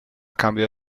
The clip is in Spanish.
cambio